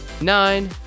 nine